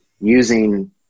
using